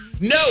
No